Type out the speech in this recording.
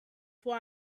why